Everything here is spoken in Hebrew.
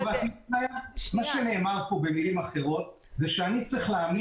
במילים אחרות זה שאני,